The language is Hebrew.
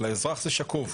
לאזרח זה שקוף.